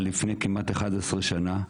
אבל לפני כמעט 11 שנה,